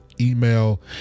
email